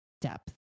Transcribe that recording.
depth